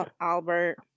Albert